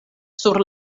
sur